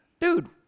dude